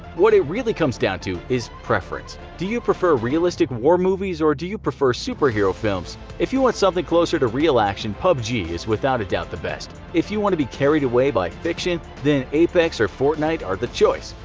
what it really comes down to is preference. do you prefer realistic war movies or do you prefer superhero films? if you want something closer to real action, pubg is without doubt the best. if you want to be carried away by a fiction, then apex and fortnite are the choice.